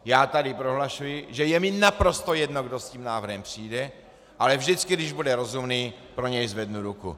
Já tady prohlašuji, že je mi naprosto jedno, kdo s tím návrhem přijde, ale vždycky, když bude rozumný, pro něj zvednu ruku.